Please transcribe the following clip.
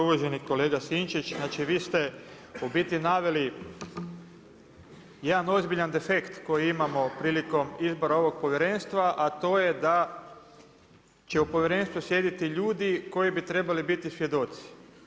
Uvaženi kolega Sinčić, znači vi ste u biti naveli jedan ozbiljan defekt koji imamo prilikom izbora ovog povjerenstva a to je da će u povjerenstvu sjediti ljudi koji bi trebali biti svjedoci.